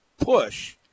push